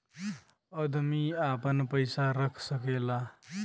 अदमी आपन पइसा रख सकेला